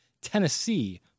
Tennessee